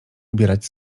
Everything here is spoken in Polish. ubierać